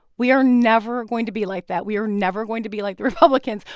we are never going to be like that. we are never going to be like the republicans.